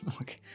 Okay